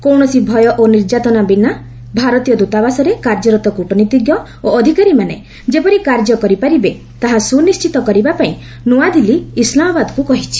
କୌଣସି ଭୟ ଓ ନିର୍ଯାତନା ବିନା ଭାରତୀୟ ଦୂତାବାସରେ କାର୍ଯ୍ୟରତ କ୍ରଟନୀତିଜ୍ଞ ଓ ଅଧିକାରୀମାନେ ଯେପରି କାର୍ଯ୍ୟ କରିପାରିବେ ତାହା ସୁନିଣ୍ଚିତ କରିବା ପାଇଁ ନ୍ତ୍ରଆଦିଲ୍ଲୀ ଇସ୍ଲାମବାଦକୁ କହିଛି